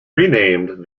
renamed